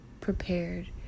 prepared